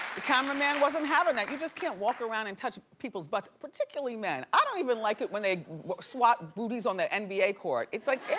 the cameraman wasn't having that. you just can't walk around and touch people's butts, particularly men. i don't even like it when they swat booties on the and nba court. it's like,